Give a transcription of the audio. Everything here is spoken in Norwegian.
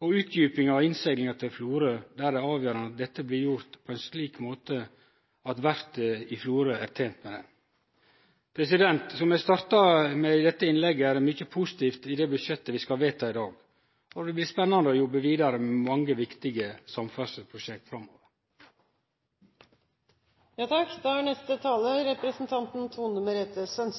utdjupinga av innseglinga til Florø. Der er det avgjerande at dette blir gjort på ein måte som verftet i Florø er tent med. Som eg starta dette innlegget med, er det mykje positivt i det budsjettet vi skal vedta i dag, og det blir spennande å jobbe vidare med mange viktige samferdsleprosjekt framover. Statsråden framstiller bompengeprosjekt som låneform og OPS som låneform som